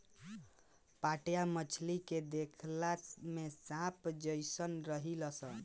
पाटया मछली देखला में सांप जेइसन रहेली सन